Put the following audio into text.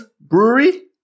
Brewery